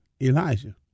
Elijah